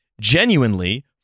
genuinely